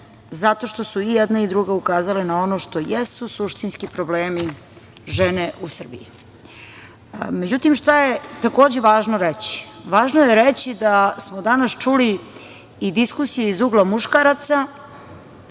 zato što su i jedna i druga ukazale na ono što jesu suštinski problemi žene u Srbiji.Međutim, šta je takođe važno reći? Važno je reći da smo danas čuli i diskusije iz ugla muškaraca,